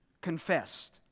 confessed